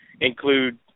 include